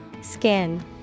Skin